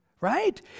Right